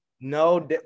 No